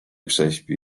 prześpi